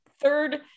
third